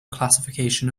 classification